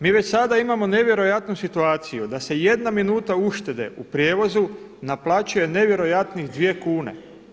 Mi već sada imamo nevjerojatnu situaciju da se jedna minuta uštede u prijevozu naplaćuje nevjerojatnih dvije kune.